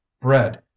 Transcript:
bread